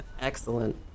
Excellent